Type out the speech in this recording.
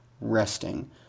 resting